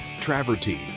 travertine